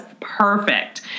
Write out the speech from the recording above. perfect